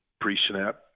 pre-snap